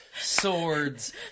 swords